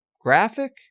graphic